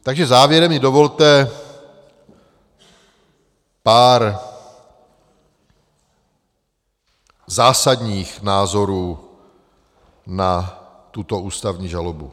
Takže závěrem mi dovolte pár zásadních názorů na tuto ústavní žalobu.